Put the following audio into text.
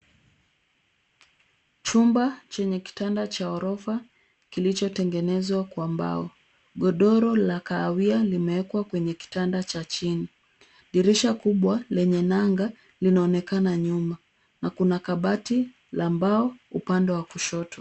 Chumba chenye kitanda cha ghorofa kilichotengenezwa kwa mbao. Godoro la kahawia limewekwa kwenye kitanda cha chini. Dirisha kubwa lenye nanga linaonekana nyuma na kuna kabati la mbao upande wa kushoto.